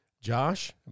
Josh